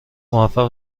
موفق